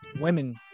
women